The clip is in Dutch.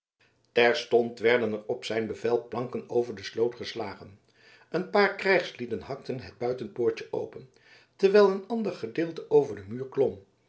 terstond werden er op zijn bevel planken over de sloot geslagen een paar krijgsknechten hakten het buitenpoortje open terwijl een ander gedeelte over den muur klom